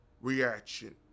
reaction